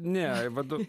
ne vad